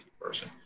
person